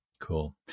Cool